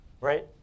Right